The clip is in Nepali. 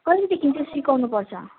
कहिलेदेखि चाहिँ सिकाउनुपर्छ